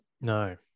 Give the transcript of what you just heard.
no